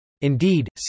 Indeed